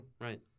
Right